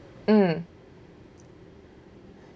mm